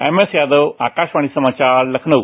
M S Yadav Akashvani समाचार लखनऊ